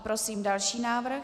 Prosím další návrh.